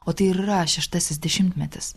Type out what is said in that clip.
o tai ir yra šeštasis dešimtmetis